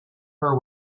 her